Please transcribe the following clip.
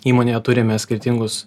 įmonėje turime skirtingus